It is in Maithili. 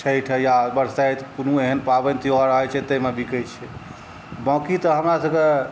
छठि या बरसाइत कोनो एहन पाबनि त्योहार आबै छै ताहिमे बिकै छै बाँकि तऽ हमरासबके